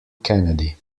kennedy